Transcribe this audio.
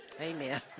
amen